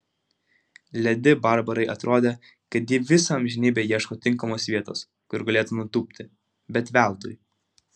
ledi barbarai atrodė kad ji visą amžinybę ieško tinkamos vietos kur galėtų nutūpti bet veltui